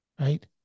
right